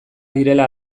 direla